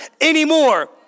anymore